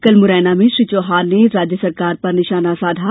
कल मुरैना में श्री चौहान ने प्रदेश सरकार पर निषाना साधा